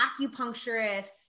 acupuncturist